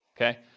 okay